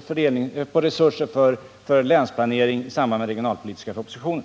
fördelning av resurser för länsplaneringen, i samband med den regionalpolitiska propositionen.